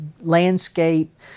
landscape